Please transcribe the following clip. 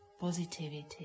positivity